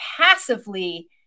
passively